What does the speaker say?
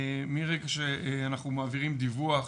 מרגע שאנחנו מעבירים דיווח,